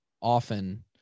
often